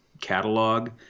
catalog